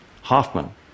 Hoffman